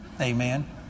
Amen